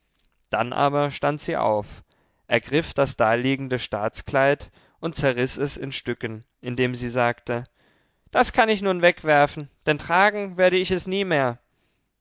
dann aber stand sie auf ergriff das daliegende staatskleid und zerriß es in stücken indem sie sagte das kann ich nun wegwerfen denn tragen werde ich es nie mehr